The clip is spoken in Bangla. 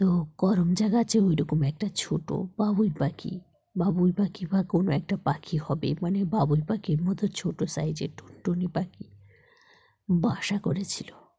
তো কড়মচা গাছে ওইরকম একটা ছোটো বাবুই পাখি বাবুই পাখি বা কোনো একটা পাখি হবে মানে বাবুই পাখির মতো ছোটো সাইজের টুনটুনি পাখি বাসা করেছিলো